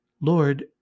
Lord